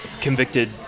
convicted